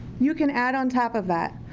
you can add on top of that,